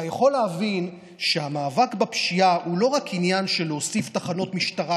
אתה יכול להבין שהמאבק בפשיעה הוא לא רק עניין של להוסיף תחנות משטרה,